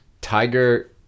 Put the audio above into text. Tiger